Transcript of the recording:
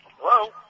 Hello